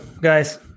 guys